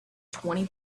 twenty